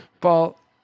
Paul